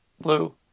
blue